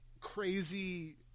crazy